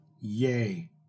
yay